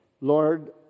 Lord